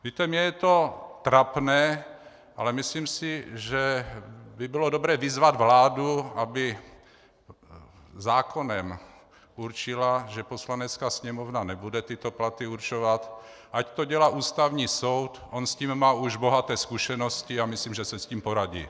Víte, mně je to trapné, ale myslím si, že by bylo dobré vyzvat vládu, aby zákonem určila, že Poslanecká sněmovna nebude tyto platy určovat, ať to dělá Ústavní soud, on s tím má už bohaté zkušenosti a myslím, že si s tím poradí.